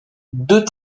deux